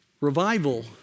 Revival